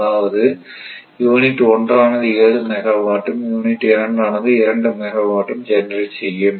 அதாவது யூனிட் 1 ஆனது 7 மெகாவாட்டும் யூனிட் 2 ஆனது 2 மெகாவாட்டும் ஜெனரேட் செய்யும்